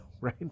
Right